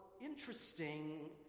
interesting